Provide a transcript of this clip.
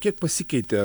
kiek pasikeitė